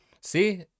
See